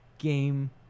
game